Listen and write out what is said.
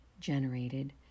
generated